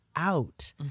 out